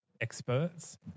experts